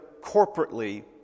corporately